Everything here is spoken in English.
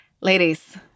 Ladies